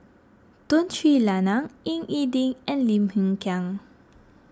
Tun Sri Lanang Ying E Ding and Lim Hng Kiang